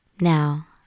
Now